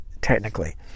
technically